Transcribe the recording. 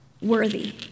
worthy